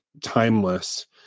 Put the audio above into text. timeless